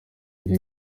uwo